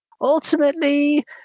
ultimately